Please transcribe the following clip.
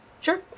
Sure